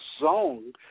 zone